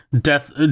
death